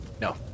No